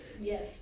Yes